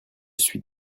suis